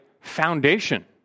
foundation